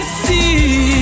see